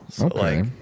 Okay